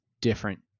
different